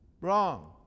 wrong